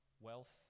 wealth